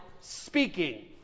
speaking